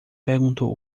perguntou